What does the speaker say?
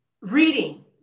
Reading